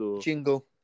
Jingle